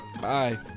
Bye